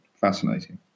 Fascinating